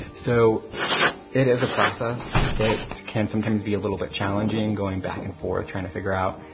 so it is a process. it can sometimes be a little bit challenging, going back and forth trying to figure out,